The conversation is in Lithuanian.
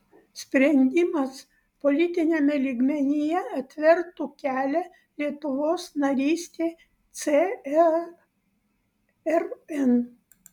sprendimas politiniame lygmenyje atvertų kelią lietuvos narystei cern